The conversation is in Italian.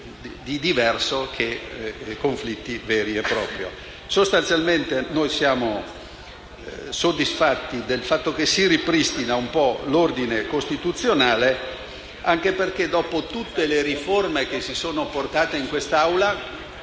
di diverso rispetto a conflitti veri e propri. Siamo soddisfatti del fatto che si ripristini un po' l'ordine costituzionale, anche perché, dopo tutte le riforme che sono state portate in quest'Aula,